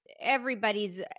everybody's